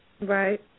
Right